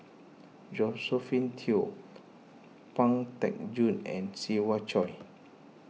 Josephine Teo Pang Teck Joon and Siva Choy